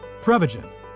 Prevagen